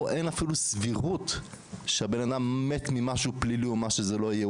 פה אין אפילו סבירות שהבן-אדם מת ממשהו פלילי או מה שזה לא יהיה.